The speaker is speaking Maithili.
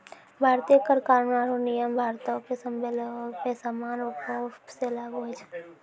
भारतीय कर कानून आरु नियम भारतो के सभ्भे लोगो पे समान रूपो से लागू होय छै